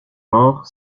mort